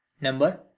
number